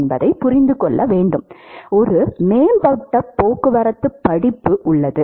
ஒரு மேம்பட்ட போக்குவரத்து படிப்பு உள்ளது